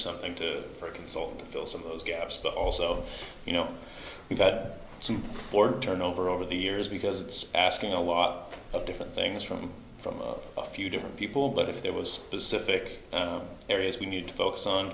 or something to consult to fill some of those gaps but also you know we've had some board turnover over the years because it's asking a lot of different things from from a few different people but if there was specific areas we need to focus on